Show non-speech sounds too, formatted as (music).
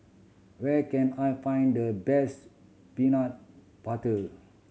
where can I find the best peanut (unintelligible)